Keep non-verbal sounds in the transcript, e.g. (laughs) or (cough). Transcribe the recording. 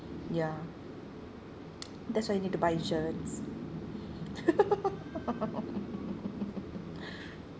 ya (noise) that's why you need to buy insurance (laughs)